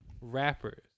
rappers